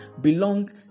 belong